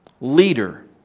leader